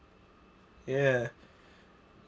ya ya